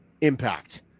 impact